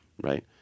right